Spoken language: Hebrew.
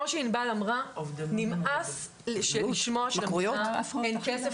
אמרה, נמאס לשמוע שאין כסף.